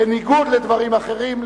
בניגוד לדברים אחרים,